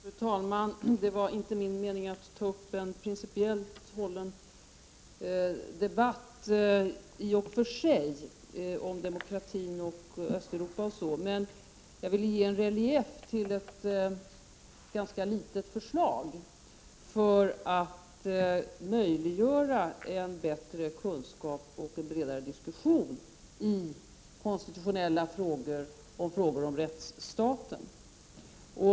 Fru talman! Det var i och för sig inte min mening att ta upp en principiell debatt om demokratin, Östeuropa etc. Jag ville ge en relief till ett ganska litet förslag för att möjliggöra bättre kunskaper och en bredare diskussion i konstitutionella frågor och i frågor om rättsstaten.